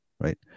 right